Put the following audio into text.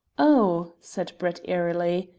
oh, said brett airily,